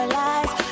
lies